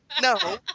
No